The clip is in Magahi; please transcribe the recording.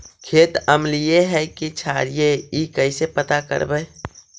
खेत अमलिए है कि क्षारिए इ कैसे पता करबै?